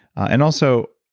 and also,